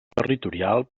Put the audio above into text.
territorial